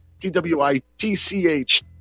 T-W-I-T-C-H